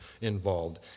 involved